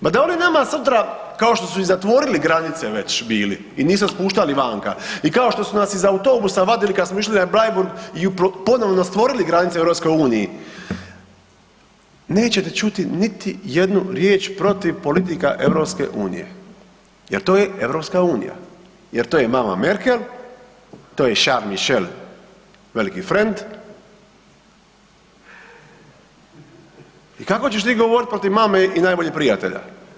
Ma da oni nama sutra, kao što su i zatvorili granice već bili i nisu nas puštali vanka i kao što su nas iz autobusa vadili kad smo išli na Bleiburg i ponovno stvorili granice u EU, nećete čuti niti jednu riječ protiv politika EU jer to je EU, jer to je mama Merkel, to je Charles Michel, veliki frend i kako ćeš ti govoriti protiv mame i najboljeg prijatelja?